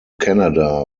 canada